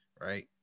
right